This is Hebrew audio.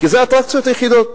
כי אלה האטרקציות היחידות.